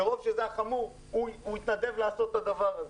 מרוב שזה היה חמור, הוא התנדב לעשות את הדבר הזה.